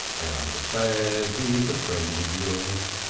i understand he is a friend of yours.